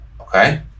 okay